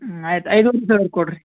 ಹ್ಞೂ ಆಯ್ತು ಐದುವರೆ ಸಾವಿರ ಕೊಡ್ರಿ